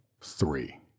three